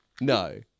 No